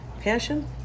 passion